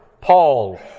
Paul